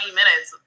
minutes